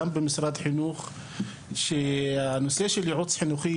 גם במשרד החינוך שהנושא של ייעוץ חינוכי